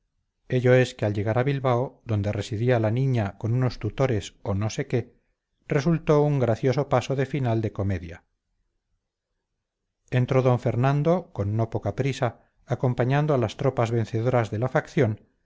matrimonio ello es que al llegar a bilbao donde residía la niña con unos tutores o no sé qué resultó un gracioso paso de final de comedia entró d fernando con no poca prisa acompañando a las tropas vencedoras de la facción